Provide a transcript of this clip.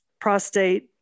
prostate